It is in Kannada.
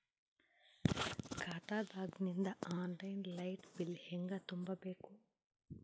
ಖಾತಾದಾಗಿಂದ ಆನ್ ಲೈನ್ ಲೈಟ್ ಬಿಲ್ ಹೇಂಗ ತುಂಬಾ ಬೇಕು?